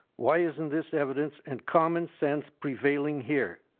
why isn't this evidence and common sense prevailing here?